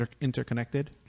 interconnected